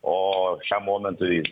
o šiam momentui